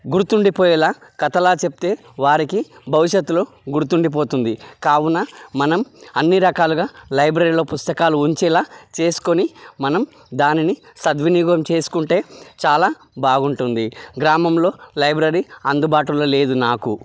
గుర్తుండిపోయేలా కథలా చెప్తే వారికి భవిష్యత్తులో గుర్తుండిపోతుంది కావున మనం అన్ని రకాలుగా లైబ్రరీలో పుస్తకాలు ఉంచేలా చేసుకుని మనం దానిని సద్వినియోగం చేసుకుంటే చాలా బాగుంటుంది గ్రామంలో లైబ్రరీ అందుబాటులో లేదు నాకు